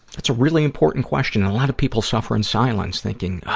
it's a really important question. a lot of people suffer in silence thinking, ah,